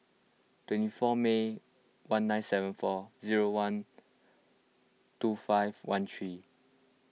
twenty four May one nine seven four zero one two five one three